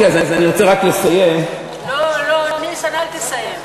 אז אני רוצה רק לסיים, לא לא, ניסן, אל תסיים.